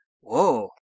Whoa